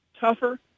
tougher